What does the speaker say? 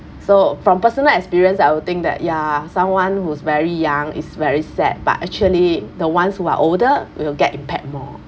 so from personal experience I will think that ya someone who's very young is very sad but actually the ones who are older will get impact more